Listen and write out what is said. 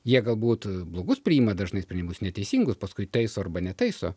jie galbūt blogus priima dažnai sprendimus neteisingus paskui taiso arba netaiso